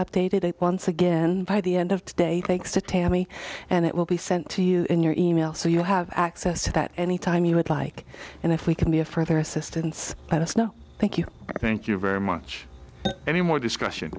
updated once again by the end of today thanks to tammy and it will be sent to you in your e mail so you have access to that any time you would like and if we can be of further assistance let us know thank you thank you very much any more discussion